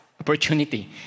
opportunity